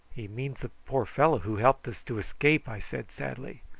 he means the poor fellow who helped us to escape, i said sadly.